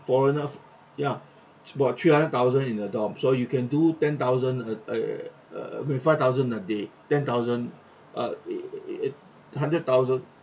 foreigner ya of about three hundred thousand in the dorm so you can do ten thousand uh err twenty-five thousand a day then thousand a hundred thousand